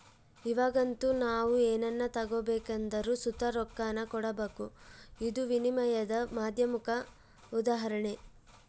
ಇವಾಗಂತೂ ನಾವು ಏನನ ತಗಬೇಕೆಂದರು ಸುತ ರೊಕ್ಕಾನ ಕೊಡಬಕು, ಇದು ವಿನಿಮಯದ ಮಾಧ್ಯಮುಕ್ಕ ಉದಾಹರಣೆ